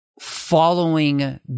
following